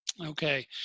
Okay